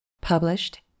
Published